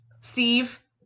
Steve